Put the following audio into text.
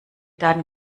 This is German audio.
daten